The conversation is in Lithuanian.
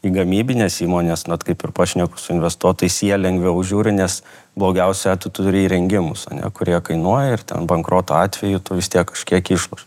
į gamybines įmones vat kaip ir pašneku su investuotojais jie lengviau žiūri nes blogiausiu atveju tu turi įrengimus kurie kainuoja ir bankroto atveju tu vis tiek kažkiek išloši